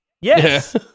Yes